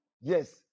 yes